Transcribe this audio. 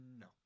No